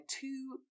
two